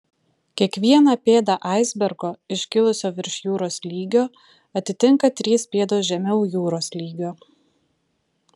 kiekvieną pėdą aisbergo iškilusio virš jūros lygio atitinka trys pėdos žemiau jūros lygio